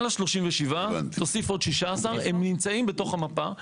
על ה-37 תוסיף עוד 16. הם נמצאים בתוך המפה.